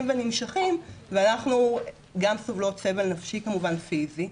ונמשכים ואנחנו גם סובלות סבל נפשי כמובן פיזי,